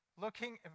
looking